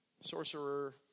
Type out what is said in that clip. sorcerer